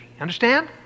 Understand